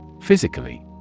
Physically